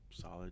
solid